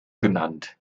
genannt